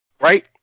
Right